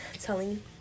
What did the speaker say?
telling